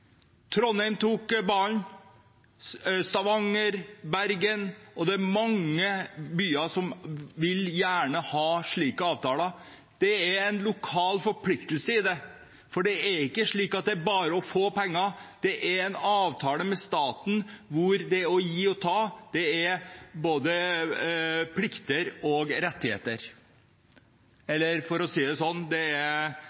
Trondheim tok ballen, og videre Stavanger og Bergen – det er mange byer som gjerne vil ha slike avtaler. Det er en lokal forpliktelse i det, for det er ikke slik at det bare er å få penger; det er en avtale med staten hvor det å gi og det å ta medfører både plikter og rettigheter.